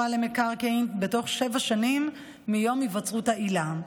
למקרקעין בתוך שבע שנים מיום היווצרות העילה.